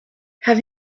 have